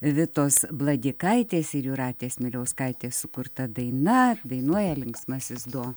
vidos bladykaitės ir jūratės miliauskaitės sukurta daina dainuoja linksmasis do